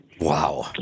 Wow